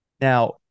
Now